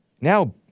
now